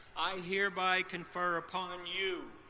i hereby confer upon um you,